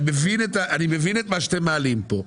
אני מבין את מה שאתם מעלים פה,